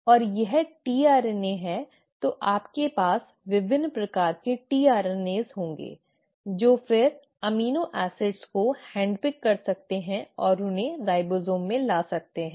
और यह tRNA है तो आपके पास विभिन्न प्रकार के tRNAs होंगे जो फिर अमीनो एसिड को हैंडपिक कर सकते हैं और उन्हें राइबोसोम में ला सकते हैं